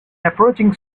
approaching